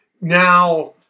Now